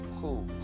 cool